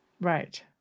Right